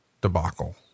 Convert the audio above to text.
debacle